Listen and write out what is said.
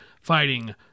fighting